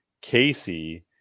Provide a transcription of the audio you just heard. Casey